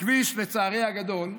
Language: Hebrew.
הכביש, לצערי הגדול,